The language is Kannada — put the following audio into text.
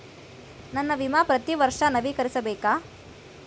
ನನ್ನ ವಿಮಾ ಪ್ರತಿ ವರ್ಷಾ ನವೇಕರಿಸಬೇಕಾ?